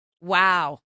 wow